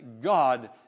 God